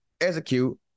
execute